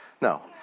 No